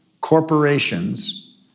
corporations